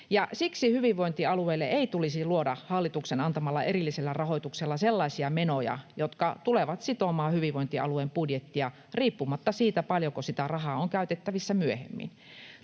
Siksi hyvinvointialueille ei tulisi luoda hallituksen antamalla erillisellä rahoituksella sellaisia menoja, jotka tulevat sitomaan hyvinvointialueen budjettia riippumatta siitä, paljonko rahaa on käytettävissä myöhemmin.